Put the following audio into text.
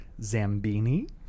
Zambini